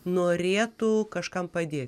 norėtų kažkam padėt